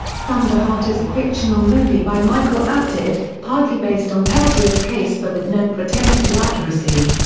thunderheart is a fictional movie by michael apted, partly based on peltier's case but with no pretense to accuracy.